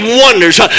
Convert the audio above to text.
wonders